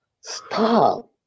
Stop